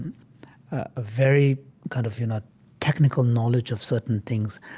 a very kind of you know technical knowledge of certain things,